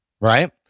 right